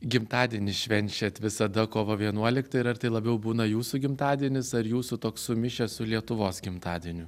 gimtadienį švenčiat visada kovo vienuoliktą ir ar tai labiau būna jūsų gimtadienis ar jūsų toks sumišęs su lietuvos gimtadieniu